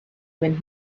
when